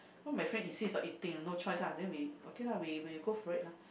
cause my friend insist on eating no choice ah then we okay lah we we go for it lah